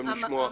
מה